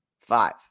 five